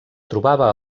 trobava